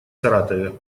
саратове